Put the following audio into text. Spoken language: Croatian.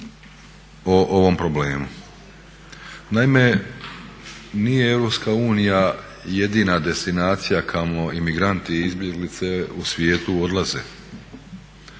o ovom problemu. Naime, nije EU jedina destinacija kamo imigranti, izbjeglice u svijetu odlaze.